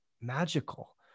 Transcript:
magical